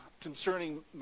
concerning